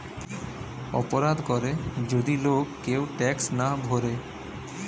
অপরাধ করে যদি লোক কেউ ট্যাক্স না ভোরে